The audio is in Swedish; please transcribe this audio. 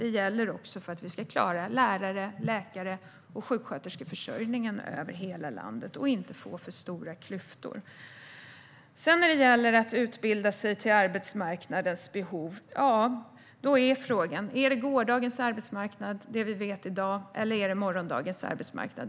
Det gäller också för att vi ska klara lärar-, läkar och sjuksköterskeförsörjningen över hela landet och inte få för stora klyftor. När det gäller att utbilda sig efter arbetsmarknadens behov är frågan: Är det gårdagens arbetsmarknad, det vi vet i dag, eller är det morgondagens arbetsmarknad?